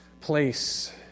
place